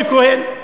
אפרופו ריקי כהן,